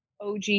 OG